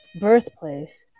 Birthplace